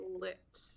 lit